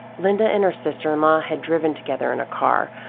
linda and her sister-in-law had driven together in a car,